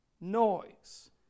noise